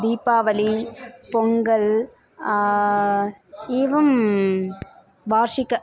दीपावलिः पोङ्गल् एवं वार्षिकाः